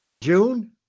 June